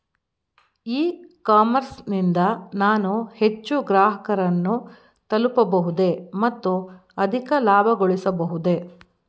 E commerce ನಿಂದ ನಾನು ಹೆಚ್ಚು ಗ್ರಾಹಕರನ್ನು ತಲುಪಬಹುದೇ ಮತ್ತು ಅಧಿಕ ಲಾಭಗಳಿಸಬಹುದೇ?